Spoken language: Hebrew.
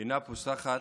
ואינה פוסחת